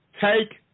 Take